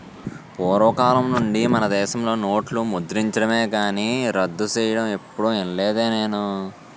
పూర్వకాలం నుండి మనదేశంలో నోట్లు ముద్రించడమే కానీ రద్దు సెయ్యడం ఎప్పుడూ ఇనలేదు నేను